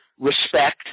respect